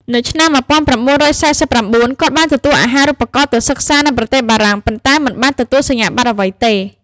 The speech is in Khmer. នៅឆ្នាំ១៩៤៩ គាត់ បានទទួលអាហារូបករណ៍ទៅសិក្សានៅប្រទេសបារាំង ប៉ុន្តែមិនបានទទួលសញ្ញាប័ត្រអ្វីទេ។